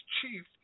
chief